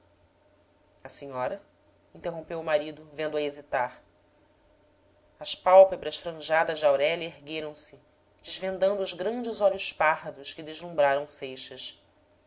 a senhora interrompeu o marido vendo-a hesitar as pálpebras franjadas de aurélia ergueram-se desvendando os grandes olhos pardos que deslumbraram seixas